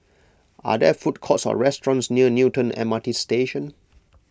are there food courts or restaurants near Newton M R T Station